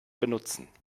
benutzen